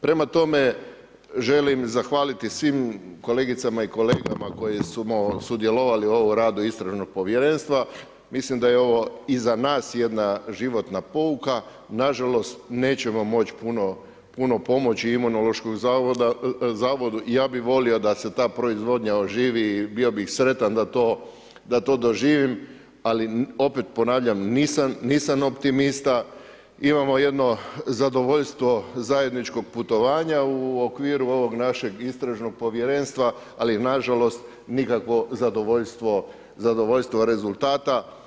Prema tome, želim zahvaliti svim kolegicama i kolegama koji smo sudjelovali u ovom radu istražnog povjerenstva, mislim da je ovo i za nas jedna životna pouka, nažalost nećemo moći puno pomoći Imunološkom zavodu i ja bih volio da se ta proizvodnja oživi, bio bih sretan da to doživim, ali opet ponavljam, nisam optimista, imamo jedno zadovoljstvo zajedničkog putovanja u okviru ovog našeg istražnog povjerenstva, ali nažalost nikakvo zadovoljstvo rezultata.